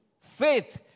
Faith